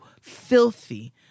filthy